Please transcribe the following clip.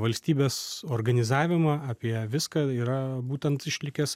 valstybės organizavimą apie viską yra būtent išlikęs